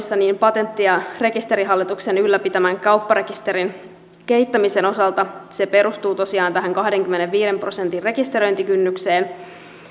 patentti ja rekisterihallituksen ylläpitämän kaupparekisterin kehittämisen osalta perustuu tosiaan tähän kahdenkymmenenviiden prosentin rekisteröintikynnykseen